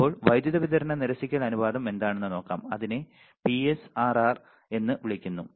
ഇപ്പോൾ വൈദ്യുതി വിതരണ നിരസിക്കൽ അനുപാതം എന്താണെന്ന് നോക്കാം അതിനെ പിഎസ്ആർആർ എന്ന് വിളിക്കുന്നു